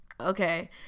Okay